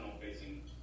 facing